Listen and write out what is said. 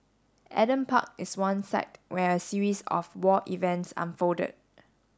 Adam Park is one site where a series of war events unfolded